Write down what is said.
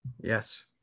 Yes